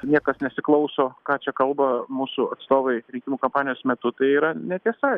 niekas nesiklauso ką čia kalba mūsų atstovai rinkimų kampanijos metu tai yra netiesa